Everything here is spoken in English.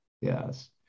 Yes